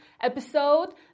episode